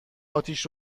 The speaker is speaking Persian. اتیش